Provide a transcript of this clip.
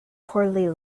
poorly